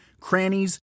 crannies